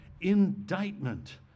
indictment